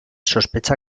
sospecha